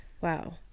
Wow